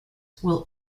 will